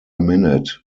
minute